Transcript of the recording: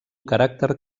caràcter